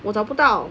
我找不到